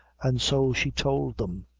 and so she told them.